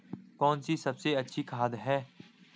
कौन सी सबसे अच्छी खाद है?